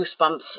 goosebumps